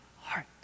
heart